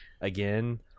again